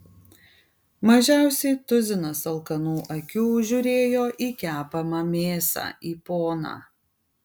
mažiausiai tuzinas alkanų akių žiūrėjo į kepamą mėsą į poną